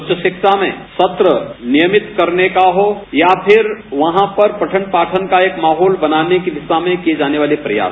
उच्च शिक्षा में सत्र नियमित करने का हो या फिर वहां पर पठन पाठन का एक माहोल बनने की दिशा में किये जाने वाले प्रयास